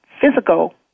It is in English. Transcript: physical